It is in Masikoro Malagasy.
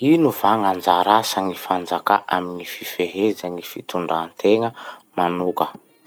Ino va gn'anjara asan'ny fanjakà amy gny fifeheza gny fitondrantena manoka?